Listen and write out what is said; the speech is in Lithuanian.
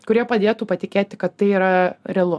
kurie padėtų patikėti kad tai yra realu